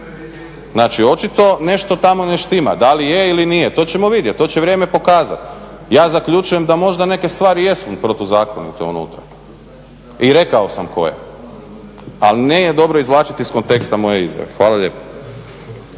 Znači, očito nešto tamo ne štima. Da li je ili nije, to ćemo vidjeti, to će vrijeme pokazati. Ja zaključujem da možda neke stvari jesu protuzakonite unutra. I rekao sam koje, ali nije dobro izvlačiti iz konteksta moje izjave. Hvala lijepa.